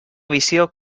visió